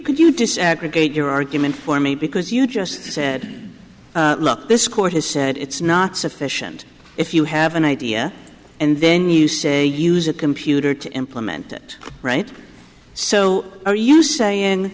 could you just add a gate your argument for me because you just said this court has said it's not sufficient if you have an idea and then you say use a computer to implement it right so are you saying